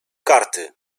karty